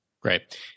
Great